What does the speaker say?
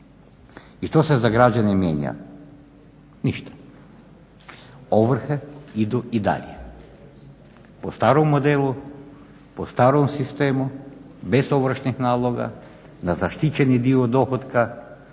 I što sad za građane mijenja? Ništa. Ovrhe idu i dalje po starom modelu, po starom sistemu bez ovršnih naloga, na zaštićeni dio dohotka.